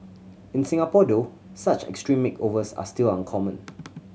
in Singapore though such extreme makeovers are still uncommon